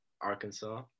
Arkansas